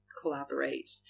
collaborate